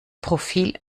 profil